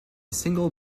single